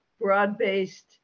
broad-based